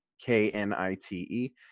K-N-I-T-E